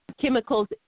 chemicals